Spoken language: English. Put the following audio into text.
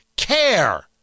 care